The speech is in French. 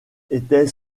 était